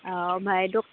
औ माहाय ड'क्टर